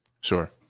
Sure